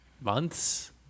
months